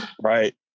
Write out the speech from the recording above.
Right